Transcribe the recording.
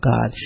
God